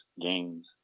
games